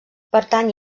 pertany